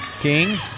King